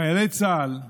חיילי צה"ל,